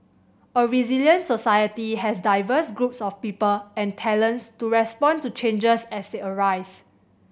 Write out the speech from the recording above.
a resilient society has diverse groups of people and talents to respond to changes as they arise